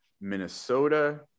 Minnesota